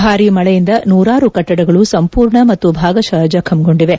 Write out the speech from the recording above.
ಭಾರೀ ಮಳೆಯಿಂದ ನೂರಾರು ಕಟ್ಟಡಗಳು ಸಂಪೂರ್ಣ ಮತ್ತು ಭಾಗಶಃ ಜಖಂಗೊಂಡಿವೆ